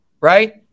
right